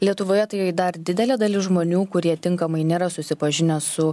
lietuvoje tai dar didelė dalis žmonių kurie tinkamai nėra susipažinę su